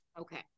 Okay